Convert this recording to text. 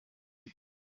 day